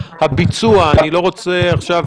הביצוע אני לא רוצה עכשיו,